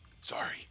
Sorry